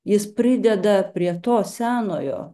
jis prideda prie to senojo